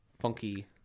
funky